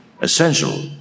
essential